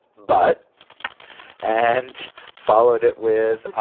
but and followed it with.